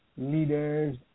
leaders